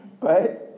Right